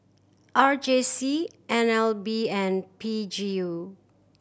R J C N L B and P G U